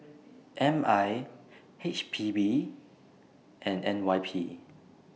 M I H P B and N Y P